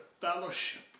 fellowship